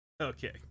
Okay